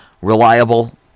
reliable